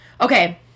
Okay